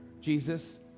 Jesus